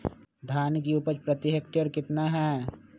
धान की उपज प्रति हेक्टेयर कितना है?